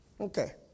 Okay